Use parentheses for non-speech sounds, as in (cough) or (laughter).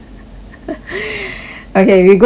(noise) okay we go to this